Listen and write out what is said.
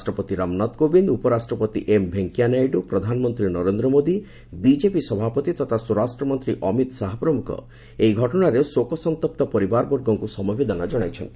ରାଷ୍ଟ୍ରପତି ରାମନାଥ କୋବିନ୍ଦ ଉପରାଷ୍ଟ୍ରପତି ଏମ୍ ଭେଙ୍କିୟାନାଇଡୁ ପ୍ରଧାନମନ୍ତ୍ରୀ ନରେନ୍ଦ୍ର ମୋଦି ବିଜେପି ସଭାପତି ତଥା ସ୍ୱରାଷ୍ଟ୍ରମନ୍ତ୍ରୀ ଅମିତ ଶାହା ପ୍ରମୁଖ ଏହି ଘଟଣାରେ ଶୋକ ସନ୍ତପ୍ତ ପରିବାରବର୍ଗଙ୍କୁ ସମବେଦନା ଜଣାଇଛନ୍ତି